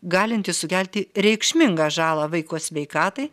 galintis sukelti reikšmingą žalą vaiko sveikatai